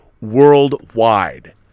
worldwide